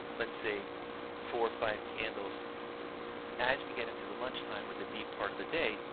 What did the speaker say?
let's say four or five candles as we get into the lunchtime or the b part of the day,